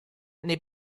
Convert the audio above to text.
nei